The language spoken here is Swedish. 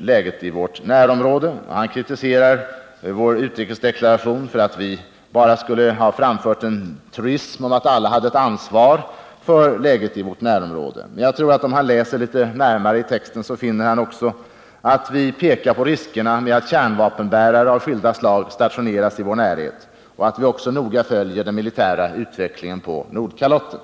läget i vårt närområde. Han kritiserade vår utrikesdeklaration för att vi bara skulle ha framfört en truism om att alla har ett ansvar för läget i vårt närområde. Men om Gösta Bohman läser närmare i texten, kommer han att finna att vi pekar på riskerna med att kärnvapenbärare av skilda slag stationeras i vårt närområde. Vi följer noga den militära utvecklingen på Nordkalotten.